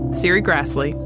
serri graslie,